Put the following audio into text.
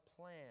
plan